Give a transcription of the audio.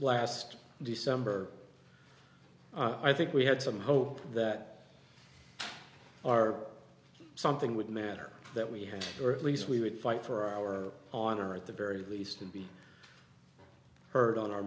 last december i think we had some hope that our something would matter that we had or at least we would fight for our on or at the very least and be heard on our